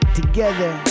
together